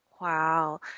Wow